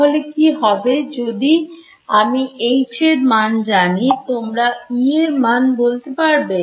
তাহলে কি হবে যদি আমি H এরমান জানি তোমরা E এর মান বলতে পারবে